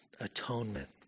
atonement